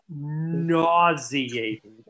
nauseating